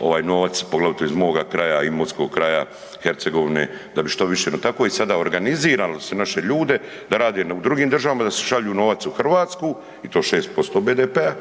ovaj novac poglavito iz moga kraja, Imotskog kraja, Hercegovine da bi što više, tako i sada organizirano se naše ljude da rade u drugim državama, da šalju u Hrvatsku i to 6% BDP-a,